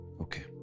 Okay